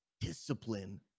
discipline